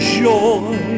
joy